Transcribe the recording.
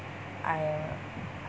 I